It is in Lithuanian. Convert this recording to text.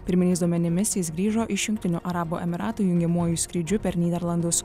pirminiais duomenimis jis grįžo iš jungtinių arabų emyratų jungiamuoju skrydžiu per nyderlandus